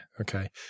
okay